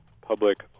public